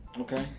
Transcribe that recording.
Okay